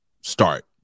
start